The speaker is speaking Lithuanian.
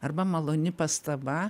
arba maloni pastaba